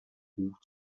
buch